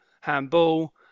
handball